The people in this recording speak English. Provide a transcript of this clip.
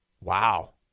Wow